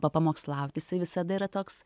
pamokslauti jisai visada yra toks